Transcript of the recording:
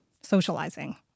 socializing